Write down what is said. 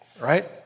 right